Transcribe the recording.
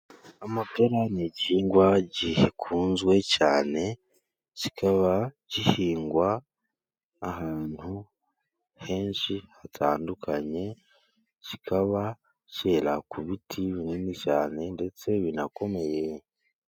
Amapera ni igihingwa gikunzwe cyane, kikaba gihingwa ahantu henshi hatandukanye, kikaba cyera ku biti binini cyane ndetse binakomeye.